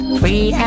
free